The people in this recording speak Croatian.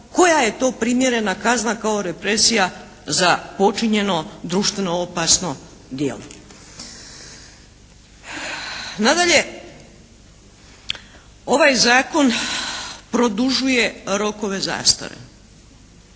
koja je to primjerena kazna kao represija za počinjeno društveno opasno djelo. Nadalje ovaj zakon produžuje rokove zastare.